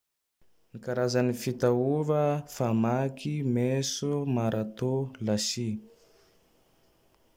Ny karazagne fitaova: famaky, meso, maratô, lasy.